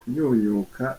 kunyunyuka